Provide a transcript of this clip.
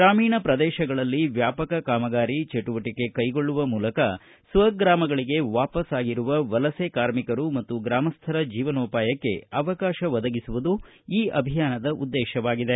ಗ್ರಾಮೀಣ ಪ್ರದೇಶಗಳಲ್ಲಿ ವ್ಯಾಪಕ ಕಾಮಗಾರಿ ಚಟುವಟಿಕೆ ಕೈಗೊಳ್ಳುವ ಮೂಲಕ ಸ್ವಗ್ರಾಮಗಳಿಗೆ ವಾಪಸ್ ಆಗಿರುವ ವಲಸೆ ಕಾರ್ಮಿಕರು ಮತ್ತು ಗ್ರಾಮಸ್ಥರ ಜೀವನೋಪಾಯಕ್ಕೆ ಅವಕಾಶ ಒದಗಿಸುವುದು ಈ ಅಭಿಯಾನದ ಉದ್ದೇಶವಾಗಿದೆ